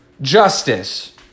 justice